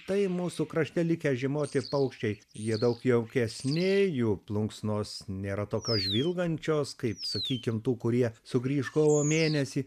tai mūsų krašte likę žiemoti paukščiai jie daug jaukesni jų plunksnos nėra tokios žvilgančios kaip sakykim tų kurie sugrįš kovo mėnesį